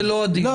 זה לא הדיון.